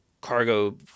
cargo